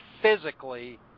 Physically